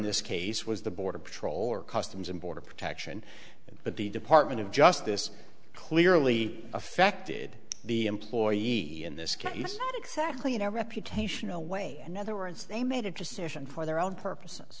this case was the border patrol or customs and border protection but the department of justice clearly affected the employee in this case not exactly in a reputation a way in other words they made a decision for their own purposes